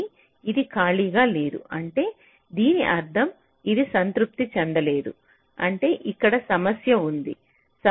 కాబట్టి మీరు SAT పరిష్కారికి ఇస్తున్న వ్యక్తీకరణ F F కాదు ఈ ఉత్పత్తి సంతృప్తికరంగా ఉంది ఎందుకంటే సెట్ వ్యత్యాసం అంటే ఇది నిజం మరియు ఇది తప్పు